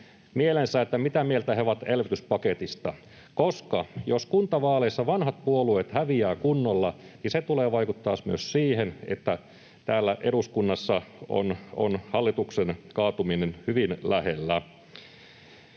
sen, mitä mieltä he ovat elvytyspaketista. Jos kuntavaaleissa vanhat puolueet häviävät kunnolla, niin se tulee vaikuttamaan myös siihen, että täällä eduskunnassa on hallituksen kaatuminen hyvin lähellä.